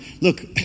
Look